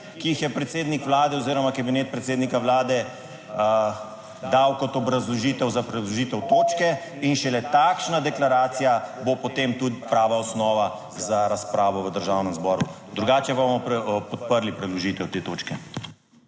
ki jih je predsednik Vlade oziroma Kabinet predsednika Vlade dal kot obrazložitev za predložitev točke, in šele takšna deklaracija bo potem tudi prava osnova za razpravo v Državnem zboru. Drugače pa bomo podprli preložitev te točke.